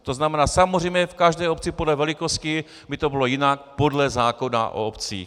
To znamená, samozřejmě v každé obci podle velikosti by to bylo jinak podle zákona o obcích.